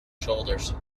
shoulders